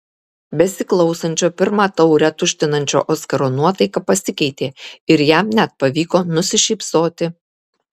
besiklausančio pirmą taurę tuštinančio oskaro nuotaika pasikeitė ir jam net pavyko nusišypsoti